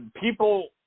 People